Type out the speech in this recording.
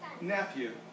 nephew